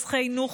את רוצחי נוח'בה,